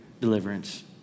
deliverance